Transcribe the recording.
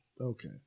Okay